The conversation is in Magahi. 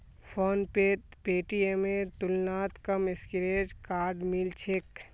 फोनपेत पेटीएमेर तुलनात कम स्क्रैच कार्ड मिल छेक